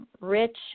rich